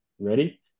ready